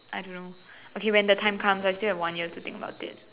I don't know okay when the time comes I still have one year to think about it